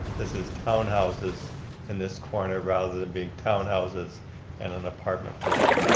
this is townhouses in this corner rather than being townhouses and an apartment block.